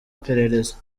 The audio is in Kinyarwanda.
iperereza